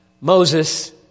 Moses